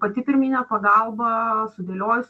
pati pirminė pagalba sudėliojus